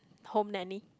home nanny